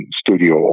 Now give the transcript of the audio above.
studio